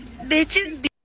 bitches